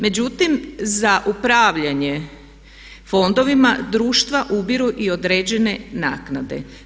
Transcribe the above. Međutim, za upravljanje fondovima društva ubiru i određene naknade.